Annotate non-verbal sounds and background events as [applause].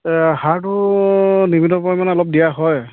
সাৰটো [unintelligible] পৰিমাণে অলপ দিয়া হয়